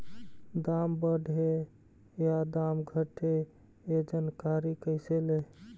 दाम बढ़े या दाम घटे ए जानकारी कैसे ले?